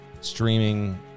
streaming